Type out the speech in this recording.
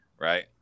right